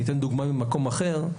אני אתן דוגמה ממקום אחר.